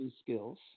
skills